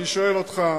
אני שואל אותך,